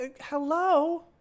Hello